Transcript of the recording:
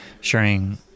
sharing